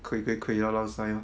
亏亏亏 ya lor suay lor